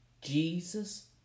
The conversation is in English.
Jesus